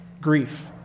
grief